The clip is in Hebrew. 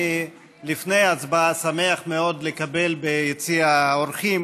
לפני ההצבעה, אני שמח מאוד לקבל ביציע האורחים